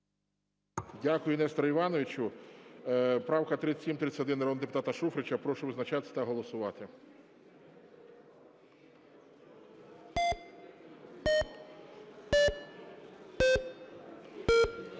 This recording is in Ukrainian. Дякую, Несторе Івановичу. Правка 3731 народного депутата Шуфрича. Прошу визначатись та голосувати.